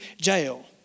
jail